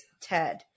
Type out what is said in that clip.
Ted